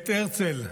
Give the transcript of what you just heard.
את הרצל.